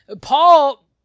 Paul